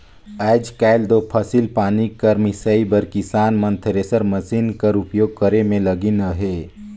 आएज काएल दो फसिल पानी कर मिसई बर किसान मन थेरेसर मसीन कर उपियोग करे मे लगिन अहे